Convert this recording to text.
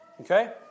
Okay